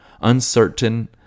uncertain